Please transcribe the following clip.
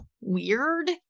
weird